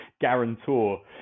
guarantor